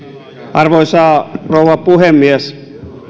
arvoisa rouva puhemies